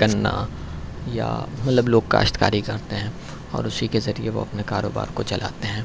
گنّا یا مطلب لوگ کاشتکاری کرتے ہیں اور اسی کے ذریعے وہ اپنے کاروبار کو چلاتے ہیں